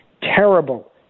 terrible